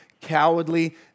cowardly